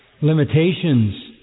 limitations